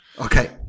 Okay